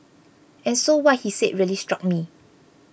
and so what he said really struck me